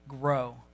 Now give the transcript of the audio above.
grow